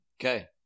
Okay